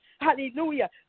Hallelujah